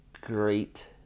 great